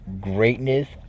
greatness